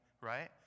right